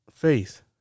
Faith